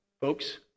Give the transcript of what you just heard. Folks